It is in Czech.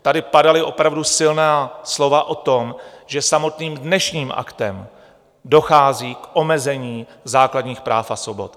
Tady padala opravdu silná slova o tom, že samotným dnešním aktem dochází k omezení základních práv a svobod.